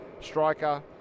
striker